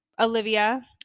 Olivia